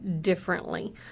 differently